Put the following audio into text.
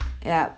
ya